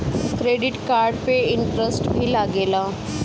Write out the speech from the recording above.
Credit card पे interest भी लागेला?